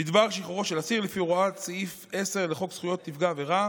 בדבר שחרורו של אסיר לפי הוראת סעיף 10 לחוק זכויות נפגעי עבירה.